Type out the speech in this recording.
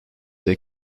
they